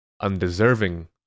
undeserving